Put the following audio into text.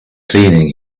cleaning